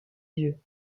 lieux